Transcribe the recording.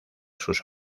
sus